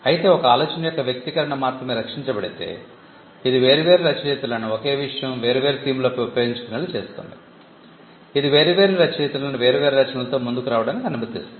అయితే ఒక ఆలోచన యొక్క వ్యక్తీకరణ మాత్రమే రక్షించబడితే ఇది వేర్వేరు రచయితలను ఒకే విషయం వేర్వేరు థీమ్లతో ఉపయోగించుకునేలా చేస్తుంది ఇది వేర్వేరు రచయితలను వేర్వేరు రచనలతో ముందుకు రావడానికి అనుమతిస్తుంది